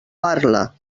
parla